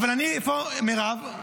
איפה מרב?